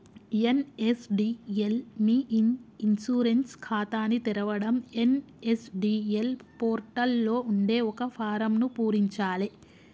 NSDL మీ e insurance ఖాతాని తెరవడం ఎన్.ఎస్.డి.ఎల్ పోర్టల్ లో ఉండే ఒక ఫారమ్ను పూరించాలే